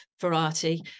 variety